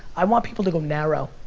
i want people to go narrow,